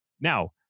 now